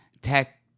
tech